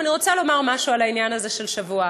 אני רוצה לומר משהו על העניין הזה של שבוע.